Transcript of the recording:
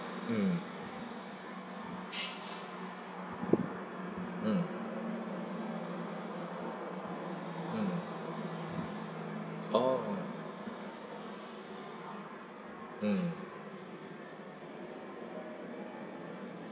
mm mm mm oh mm